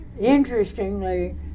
interestingly